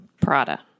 Prada